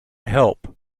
help